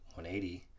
180